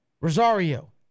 Rosario